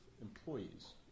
employees